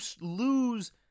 lose